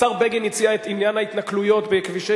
השר בגין הציע את עניין ההתנכלויות בכבישי